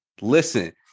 Listen